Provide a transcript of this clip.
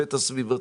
להיבט הסביבתי.